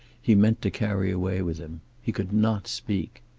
he meant to carry away with him. he could not speak.